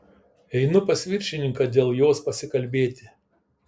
einu pas viršininką dėl jos pasikalbėti